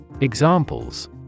Examples